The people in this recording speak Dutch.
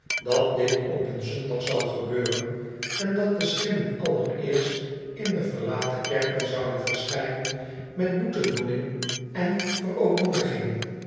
dat dit op een zondag zou gebeuren en dat de schimmen allereerst in de verlaten kerken zouden verschijnen met boetedoening en